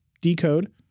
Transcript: Decode